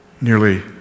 nearly